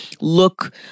look